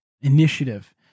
initiative